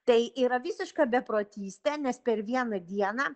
tai yra visiška beprotystė nes per vieną dieną